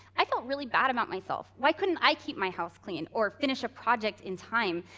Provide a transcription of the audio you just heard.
i felt really bad about myself. why couldn't i keep my house clean or finish a project in time,